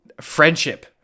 friendship